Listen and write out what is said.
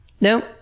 Nope